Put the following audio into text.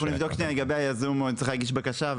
אנחנו נבדוק לגבי האם זה יזום או שצריך להגיש בקשה.